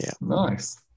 Nice